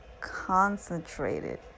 concentrated